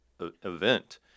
event